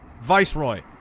Viceroy